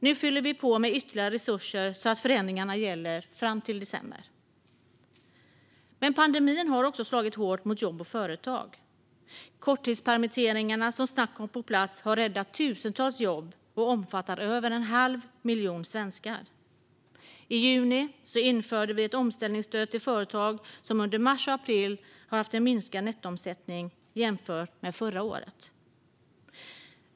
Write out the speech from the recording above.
Nu fyller vi på med ytterligare resurser så att förändringarna gäller fram till december. Pandemin har också slagit hårt mot jobb och företag. Korttidspermitteringarna, som snabbt kom på plats, har räddat tusentals jobb och omfattar över en halv miljon svenskar. I juni införde vi ett omställningsstöd till företag som under mars och april har haft en minskad nettoomsättning jämfört med förra året.